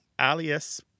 alias